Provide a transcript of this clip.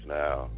now